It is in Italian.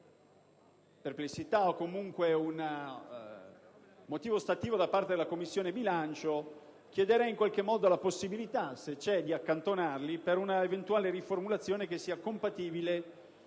perplessità o comunque un motivo ostativo da parte della Commissione bilancio, chiederei in qualche modo la possibilità di accantonarli per una eventuale riformulazione compatibile